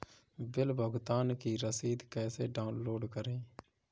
Bill भुगतान की रसीद कैसे डाउनलोड करें?